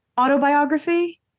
autobiography